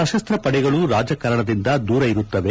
ಸಶಸ್ತ್ರ ಪಡೆಗಳು ರಾಜ ಕಾರಣದಿಂದ ದೂರ ಇರುತ್ತವೆ